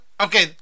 okay